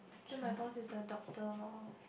then my boss is the doctor loh